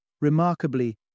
Remarkably